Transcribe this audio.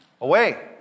away